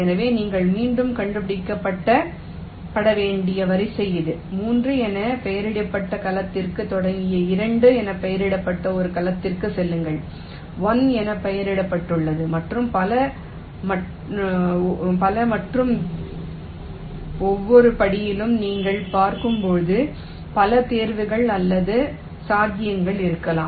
எனவே நீங்கள் மீண்டும் கண்டுபிடிக்கப்பட வேண்டிய வரிசை இது 3 என பெயரிடப்பட்ட கலத்திலிருந்து தொடங்கி 2 என பெயரிடப்பட்ட ஒரு கலத்திற்குச் செல்லுங்கள் 1 என பெயரிடப்பட்டுள்ளது மற்றும் பல மற்றும் ஒவ்வொரு அடியிலும் நீங்கள் பார்க்கும்போது பல தேர்வுகள் அல்லது சாத்தியங்கள் இருக்கலாம்